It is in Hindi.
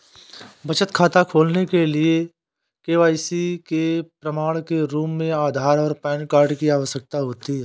बचत खाता खोलने के लिए के.वाई.सी के प्रमाण के रूप में आधार और पैन कार्ड की आवश्यकता होती है